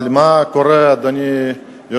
אבל מה קורה, אדוני היושב-ראש?